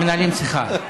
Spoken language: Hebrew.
מנהלים שיחה.